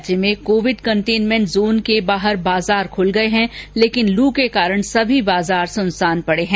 राज्य में covid containment zone के बाहर बाजार खूल गए हैं लेकिन लू के कारण सभी बाजार सूनसान पड़े हैं